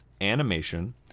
animation